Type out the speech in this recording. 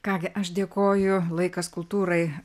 ką gi aš dėkoju laikas kultūrai